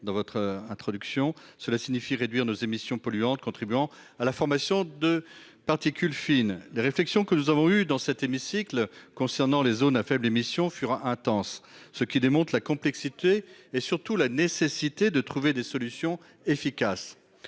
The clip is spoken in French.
Cela implique de réduire nos émissions polluantes contribuant à la formation de particules fines. Les réflexions que nous avons échangées dans cet hémicycle sur les zones à faibles émissions furent intenses, ce qui démontre la complexité et, surtout, la nécessité de trouver des solutions efficaces.